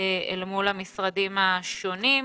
מול המשרדים השונים.